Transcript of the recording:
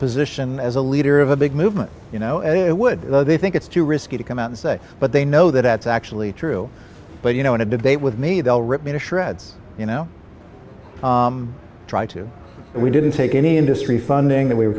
position as a leader of a big movement you know it would they think it's too risky to come out and say but they know that ats actually true but you know in a debate with me they'll rip me to shreds you know try to we didn't take any industry funding that we were